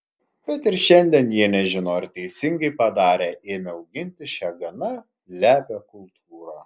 bet ir šiandien jie nežino ar teisingai padarė ėmę auginti šią gana lepią kultūrą